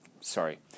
sorry